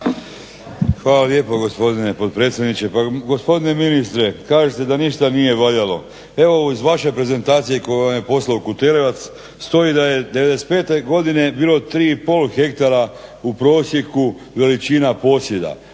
Hvala lijepo gospodine potpredsjedniče. Pa gospodine ministre, kažete da ništa nije valjalo. Evo iz vaše prezentacije koju vam je poslao Kuterevac stoji da je '95. godine bilo 3 i pol hektara u prosjeku veličina posjeda.